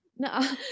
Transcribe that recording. No